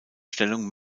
stellung